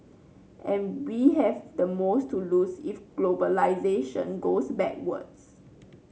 and we have the most to lose if globalisation goes backwards